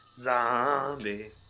Zombie